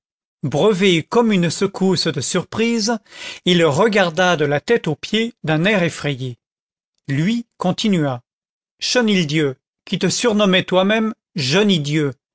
brevet eut comme une secousse de surprise et le regarda de la tête aux pieds d'un air effrayé lui continua chenildieu qui te surnommais toi-même je nie dieu